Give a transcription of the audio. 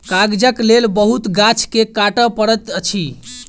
कागजक लेल बहुत गाछ के काटअ पड़ैत अछि